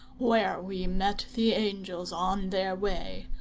where we met the angels on their way,